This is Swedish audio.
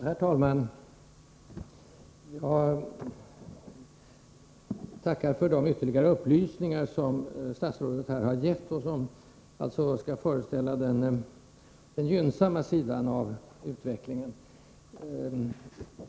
Herr talman! Jag tackar för de ytterligare upplysningar som statsrådet här har gett och som skall föreställa den gynnsamma sidan av utvecklingen.